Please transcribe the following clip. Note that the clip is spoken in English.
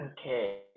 Okay